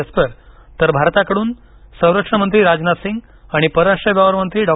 Esper तर भारताकडून संरक्षणमंत्री राजनाथ सिंह आणि परराष्ट्र व्यवहार मंत्री डॉ